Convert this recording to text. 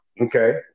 okay